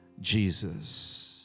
Jesus